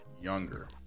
younger